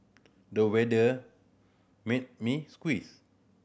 the weather made me